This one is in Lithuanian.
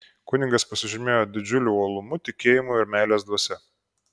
kunigas pasižymėjo didžiuliu uolumu tikėjimu ir meilės dvasia